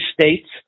states